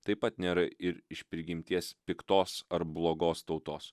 taip pat nėra ir iš prigimties piktos ar blogos tautos